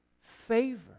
favor